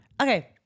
Okay